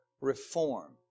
reform